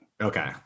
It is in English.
Okay